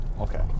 Okay